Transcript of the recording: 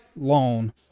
loan